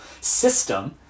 system